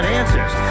answers